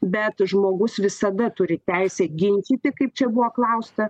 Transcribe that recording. bet žmogus visada turi teisę ginčyti kaip čia buvo klausta